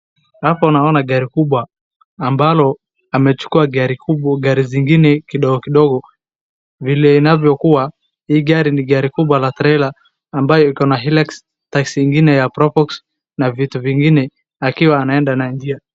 Hapo naona gari kubwa ambalo amechukua gari zingine kidogo kidogo. Vile inavyo kuwa hii ni gari kubwa gari la trela ambayo iko na Hilux, Taxi ingine ya Probox na vitu vingine akiwa anaenda na njia.